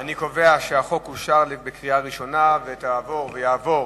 אני קובע שהחוק אושר בקריאה ראשונה, ויעבור